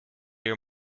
your